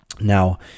Now